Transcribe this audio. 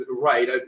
right